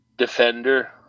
Defender